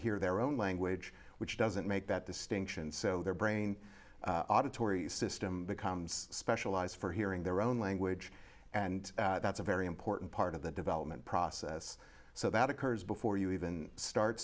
hear their own language which doesn't make that distinction so their brain auditory system becomes specialized for hearing their own language and that's a very important part of the development process so that occurs before you even start